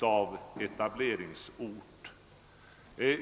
av etableringsort.